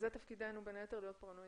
בין היתר תפקידנו להיות פרנואידים.